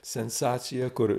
sensacija kur